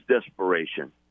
desperation